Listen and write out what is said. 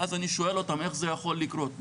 ואז אני שואל אותם איך זה יכול לקרות,